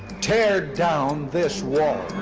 tear down this wall.